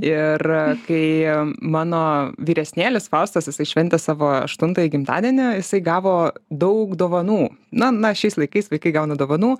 ir kai mano vyresnėlis faustas jisai šventęs savo aštuntąjį gimtadienį jisai gavo daug dovanų na na šiais laikais vaikai gauna dovanų